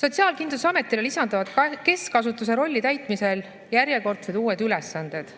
Sotsiaalkindlustusametile lisanduvad keskasutuse rolli täitmisel järjekordsed uued ülesanded.